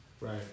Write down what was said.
Right